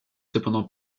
cependant